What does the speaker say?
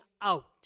out